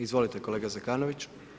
Izvolite kolega Zekanović.